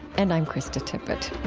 and i'm krista tippett